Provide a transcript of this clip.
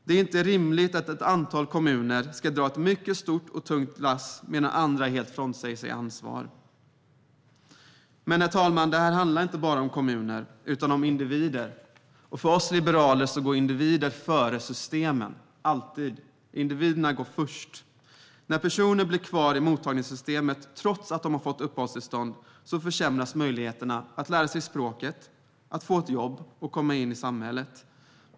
Det är inte rimligt att ett antal kommuner ska dra ett mycket stort och tungt lass medan andra helt frånsäger sig ansvar. Men, herr talman, det handlar inte bara om kommuner utan också om individer. För oss liberaler går individer före systemen, alltid. Individerna går först. När personer blir kvar i mottagningssystemet, trots att de har fått uppehållstillstånd, försämras möjligheterna att lära sig språket, få ett jobb och komma in i samhället.